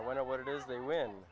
i wonder what it is they win